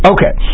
Okay